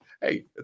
Hey